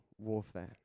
warfare